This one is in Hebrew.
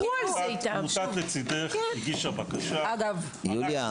עמותת "לצידך" הגישה בקשה --- יוליה,